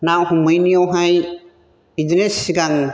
ना हमैनायावहाय बिदिनो सिगां